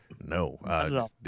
No